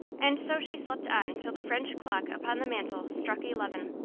and so she slept on till the french clock upon the mantle struck eleven.